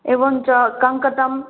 एवं च कङ्कतम्